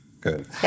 Good